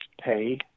pay